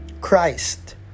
Christ